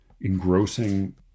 engrossing